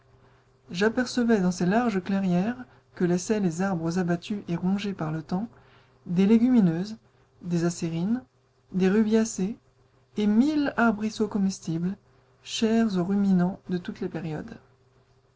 j'apercevais dans ces larges clairières que laissaient les arbres abattus et rongés par le temps des légumineuses des acérines des rubiacées et mille arbrisseaux comestibles chers aux ruminants de toutes les périodes